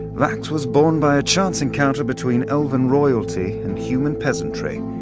vax was born by a chance encounter between elven royalty and human peasantry.